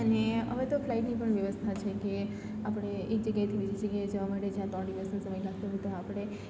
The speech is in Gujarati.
અને હવે તો ફ્લાઇટની પણ વ્યવસ્થા છે કે આપણે એક જગ્યાએથી બીજી જગ્યા એ જવા માટે જ્યાં ત્રણ દિવસનો સમય લાગતો હોય તો આપણે